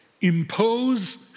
impose